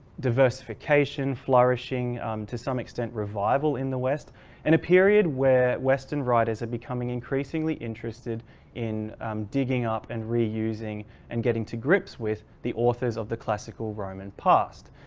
diversification, flourishing to some extent, revival in the west in a period where western writers are becoming increasingly interested in digging up and reusing and getting to grips with the authors of the classical roman past.